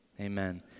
Amen